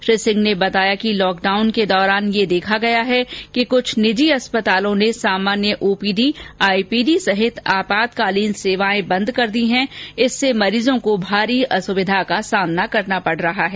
श्री सिंह ने बताया कि लॉकडाउन के दौरान यह देखा गया है कि कुछ निजी अस्पतालों ने सामान्य ओपीडी आईपीडी सहित आपातकालीन सेवाएं बंद कर दी हैं इससे मरीजों को भारी असुविधाओं का सामना करना पड़ रहा है